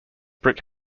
brick